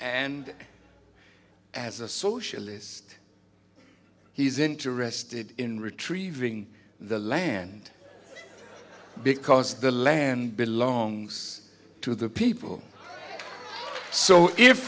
and as a socialist he's interested in retrieving the land because the land belongs to the people so if